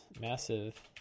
massive